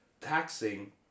taxing